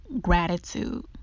gratitude